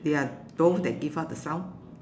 they are those that give out the sound